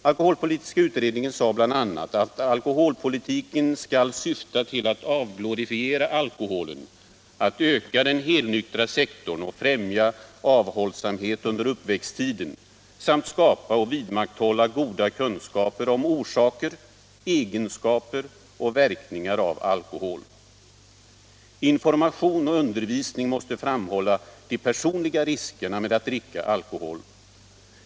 Alkoholpolitiska utredningen sade bl.a. att alkoholpolitiken skulle syfta till att avglorifiera alkoholen, att öka den helnyktra sektorn och främja avhållsamhet under uppväxttiden samt skapa och vidmakthålla goda kunskaper om orsaker, egenskaper och verkningar av alkohol. Information och undervisning måste framhålla de personliga riskerna med att dricka alkohol.